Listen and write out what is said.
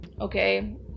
okay